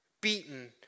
beaten